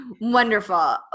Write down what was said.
Wonderful